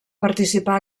participà